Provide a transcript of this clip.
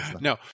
no